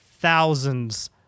thousands